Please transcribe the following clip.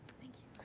thank you,